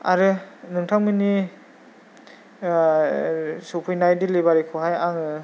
आरो नोंथांमोननि सौफैनाय डेलिबारिखौहाय आङो